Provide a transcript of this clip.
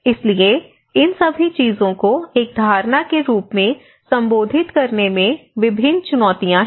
इसलिए इन सभी चीजों को एक धारणा के रूप में संबोधित करने में विभिन्न चुनौतियां हैं